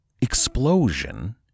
explosion